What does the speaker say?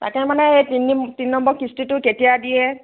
তাকে মানে এই তিনি নং তিনি নম্বৰ কিস্তিটো কেতিয়া দিয়ে